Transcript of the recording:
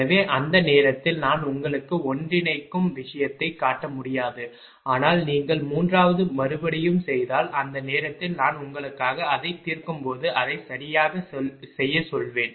எனவே அந்த நேரத்தில் நான் உங்களுக்கு ஒன்றிணைக்கும் விஷயத்தைக் காட்ட முடியாது ஆனால் நீங்கள் மூன்றாவது மறுபடியும் செய்தால் அந்த நேரத்தில் நான் உங்களுக்காக அதை தீர்க்கும்போது அதைச் சரியாகச் செய்யச் சொல்வேன்